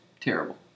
terrible